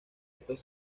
estos